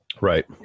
Right